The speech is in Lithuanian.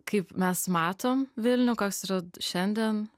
kaip mes matom vilnių koks yra šiandien